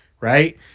right